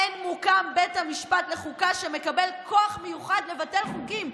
אין מוקם בית המשפט לחוקה שמקבל כוח מיוחד לבטל חוקים,